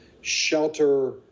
shelter